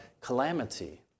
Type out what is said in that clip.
calamity